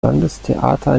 landestheater